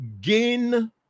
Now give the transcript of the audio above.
gain